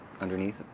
underneath